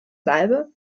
salbe